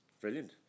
Brilliant